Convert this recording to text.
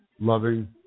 loving